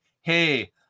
hey